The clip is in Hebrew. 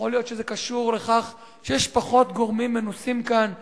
יכול להיות שזה קשור לכך שיש פחות גורמים מנוסים כאן שיודעים,